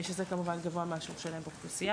שזה כמובן גבוה מהשיעור שלהם באוכלוסייה